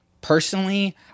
personally